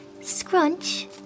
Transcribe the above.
Scrunch